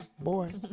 Boy